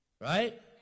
Right